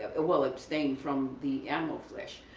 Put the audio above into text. ah well abstained from the animal flesh.